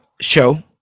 show